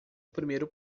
primeiro